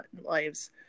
lives